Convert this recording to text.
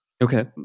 Okay